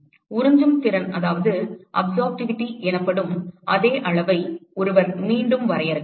உறிஞ்சும் திறன் எனப்படும் அதே அளவை ஒருவர் மீண்டும் வரையறுக்கலாம்